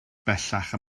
bellach